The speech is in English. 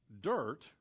dirt